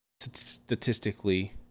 statistically